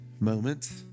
moment